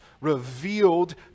revealed